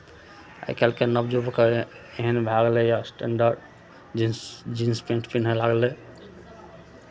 आइ काल्हिके नवयुवक एहन भऽ गेलैए स्टेण्डर्ड जींस जींस पेंट पिन्हय लगलै